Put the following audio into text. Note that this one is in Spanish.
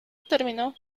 terminó